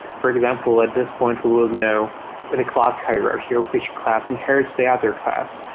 for example, at this point, we will know in a class hierarchy or which class inherits the other class,